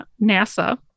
NASA